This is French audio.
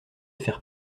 faire